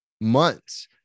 months